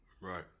Right